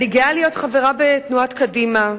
אני גאה להיות חברה בתנועת קדימה,